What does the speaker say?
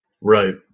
right